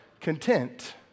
content